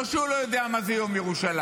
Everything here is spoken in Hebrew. לא שהוא לא יודע מה זה יום ירושלים,